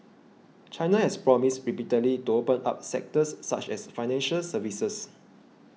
China has promised repeatedly to open up sectors such as financial services